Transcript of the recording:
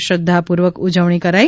શ્રધ્ધાપૂર્વક ઉજવણી કરાઇ